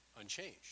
unchanged